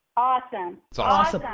awesome. so awesome.